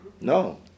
No